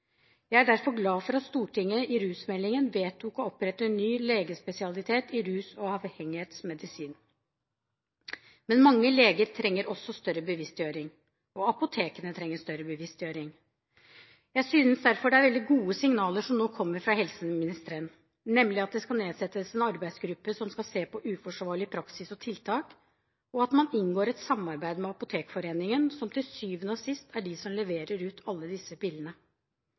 Jeg er derfor glad for at Stortinget i forbindelse med rusmeldingen vedtok å opprette en ny legespesialitet i rus- og avhengighetsmedisin. Men mange leger trenger også større bevisstgjøring, og apotekene trenger større bevisstgjøring. Jeg synes derfor det er veldig gode signaler som nå kommer fra helseministeren, nemlig at det skal nedsettes en arbeidsgruppe som skal se på uforsvarlig praksis og tiltak, og at man inngår et samarbeid med Apotekforeningen, som til syvende og sist er de som leverer ut alle disse